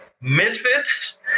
Misfits